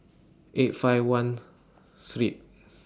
eight five one three